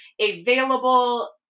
available